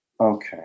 Okay